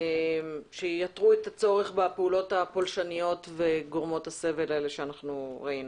שייתרו את הצורך בפעולות הפולשניות וגורמות הסבל האלה שאנחנו ראינו.